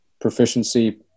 proficiency